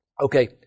Okay